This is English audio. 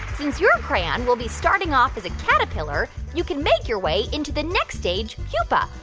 since your crayon, will be starting off as a caterpillar, you can make your way into the next stage, pupa,